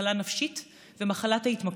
מחלה נפשית ומחלת התמכרות.